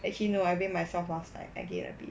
actually no I weigh myself last night I gain a bit